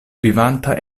vivanta